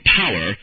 power